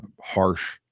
harsh